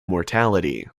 mortality